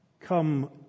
Come